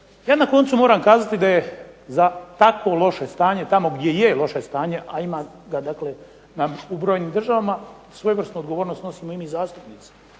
Ja na koncu moram kazati da je za tako loše stanje, tamo gdje je loše stanje, a ima ga u brojnim državama, svojevrsnu odgovornost snosimo i mi zastupnici.